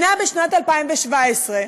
בשנת 2017,